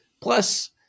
Plus